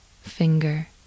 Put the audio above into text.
finger